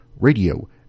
radio